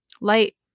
light